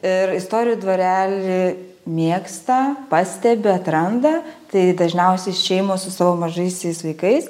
ir istorijų dvarelį mėgsta pastebi atranda tai dažniausiai šeimos su savo mažaisiais vaikais